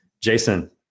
Jason